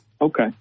Okay